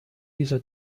diese